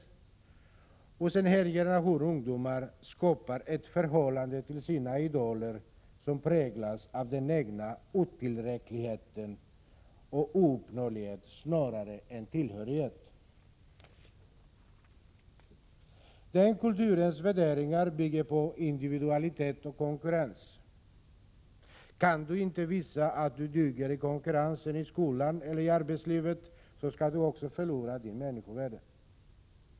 Genom denna kultur får en hel generation ungdomar ett förhållande till sina idoler som präglas av den egna otillräckligheten och av ouppnåelighet snarare än tillhörighet. Dess värderingar bygger på individualitet och konkurrens. Kan du inte visa att du duger i konkurrensen i skolan eller i arbetslivet, skall du förlora ditt människovärde.